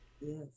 Yes